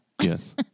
Yes